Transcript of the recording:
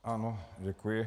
Ano, děkuji.